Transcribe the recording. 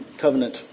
covenant